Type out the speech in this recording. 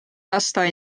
lasta